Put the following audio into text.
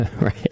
Right